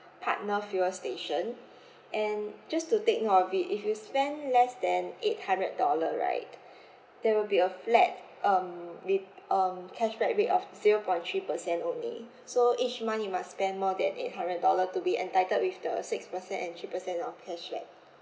partner fuel station and just to take note of it if you spend less than eight hundred dollar right there will be a flat um re~ um cashback rate of zero point three percent only so each month you must spend more than eight hundred dollar to be entitled with the six percent and three percent of cashback